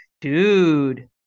dude